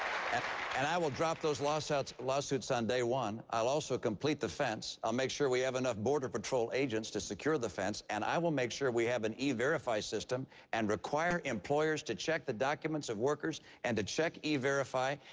and and i will drop those lawsuits lawsuits on day one. i'll also complete the fence. i'll make sure we have enough border patrol agents to secure the fence. and i will make sure we have an e-verify system and require employers to check the documents of workers, and to check e verify.